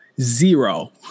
Zero